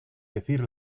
decir